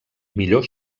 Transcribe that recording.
millor